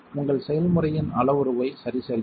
உங்கள் செய்முறையின் அளவுருவை சரிசெய்யவும்